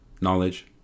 knowledge